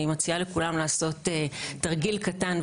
אני מציעה לכולם לעשות תרגיל קטן,